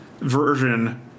version